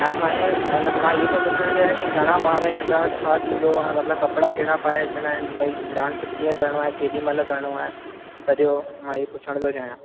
हा साईं अइन मां इहो थो पुछणु चाहियां की घणा ॿार ईंदा छा थींदो ऐं मतलबु कपिड़ा कहिड़ा पाए अचिणा आहिनि भई डांस कीअं करिणो आहे केॾी महिल करिणो आहे सॼो मां ई पुछणु थो चाहियां